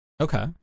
Okay